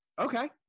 Okay